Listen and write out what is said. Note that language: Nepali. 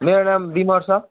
मेरो नाम विमर्श